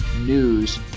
news